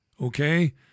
Okay